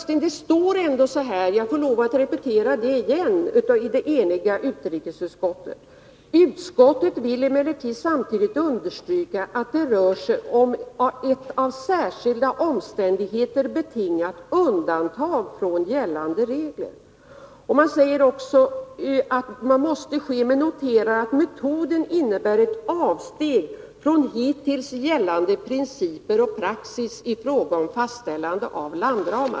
Jag får lov att upprepa vad ett enigt utrikesutskott säger: ”Utskottet vill. Nr 175 emellertid samtidigt understryka att det rör sig om ett av särskilda Fredagen den omständigheter betingat undantag från gällande regler.” Vidare sägs det i 11 juni 1982 betänkandet att utskottet accepterar att en fördelning måste ske ”men noterar att metoden innebär ett avsteg från hittills gällande principer och praxis i fråga om fastställande av landramar”.